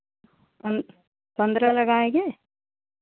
पन् पन्द्रह लगाएंगे